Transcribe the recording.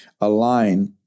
align